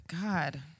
God